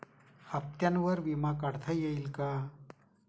हप्त्यांवर विमा काढता येईल का?